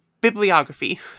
bibliography